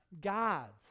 gods